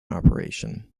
operation